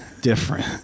different